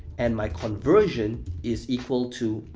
and my conversion is equal to,